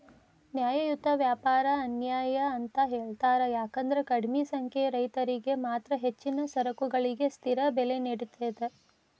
ನ್ಯಾಯಯುತ ವ್ಯಾಪಾರ ಅನ್ಯಾಯ ಅಂತ ಹೇಳ್ತಾರ ಯಾಕಂದ್ರ ಕಡಿಮಿ ಸಂಖ್ಯೆಯ ರೈತರಿಗೆ ಮಾತ್ರ ಹೆಚ್ಚಿನ ಸರಕುಗಳಿಗೆ ಸ್ಥಿರ ಬೆಲೆ ನೇಡತದ